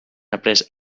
après